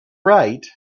right